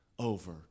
Over